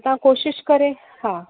तव्हां कोशिशि करे हा